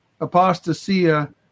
apostasia